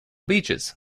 beaches